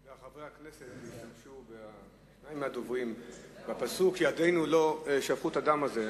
חברי הכנסת השתמשו בפסוק: ידינו לא שפכו את הדם הזה.